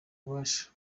ububasha